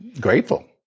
grateful